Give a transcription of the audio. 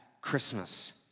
Christmas